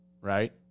right